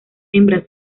hembras